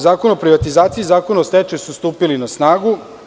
Zakon o privatizaciji i Zakon o stečaju su stupili na snagu.